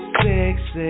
sexy